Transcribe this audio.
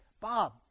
Bob